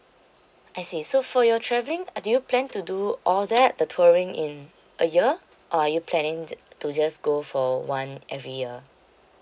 I see so for your travelling do you plan to do all that the touring in a year or are you planning t~ to just go for one every year